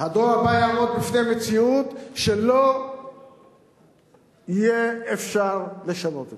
הדור הבא יעמוד בפני מציאות שלא יהיה אפשר לשנות אותה.